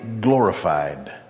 glorified